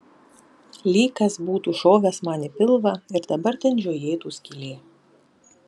lyg kas būtų šovęs man į pilvą ir dabar ten žiojėtų skylė